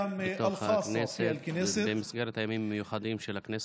בכנסת ובמסגרת הימים המיוחדים של הכנסת.